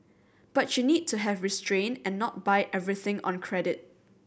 but you need to have restrain and not buy everything on credit